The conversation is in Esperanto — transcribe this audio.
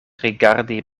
rigardi